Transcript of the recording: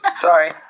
Sorry